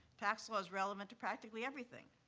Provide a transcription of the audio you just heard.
tax law is relevant to practically everything.